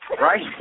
right